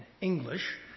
English